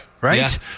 Right